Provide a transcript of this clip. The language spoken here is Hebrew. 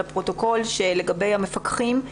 לפרוטוקול שלגבי המפקחים,